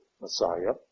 Messiah